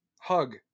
Hug